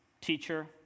teacher